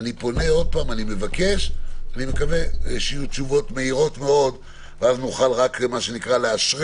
אני מבקש ומקווה שיהיו תשובות מהירות מאוד ואז נוכל רק לאשרר